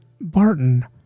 Barton